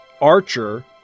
Archer